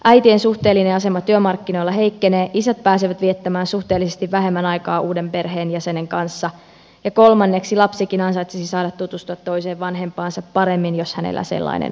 äitien suhteellinen asema työmarkkinoilla heikkenee isät pääsevät viettämään suhteellisesti vähemmän aikaa uuden perheenjäsenen kanssa ja kolmanneksi lapsikin ansaitsisi saada tutustua toiseen vanhempaansa paremmin jos hänellä sellainen on